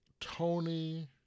Tony